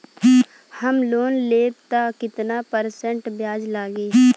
हम लोन लेब त कितना परसेंट ब्याज लागी?